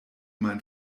mein